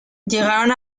llegaron